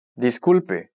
Disculpe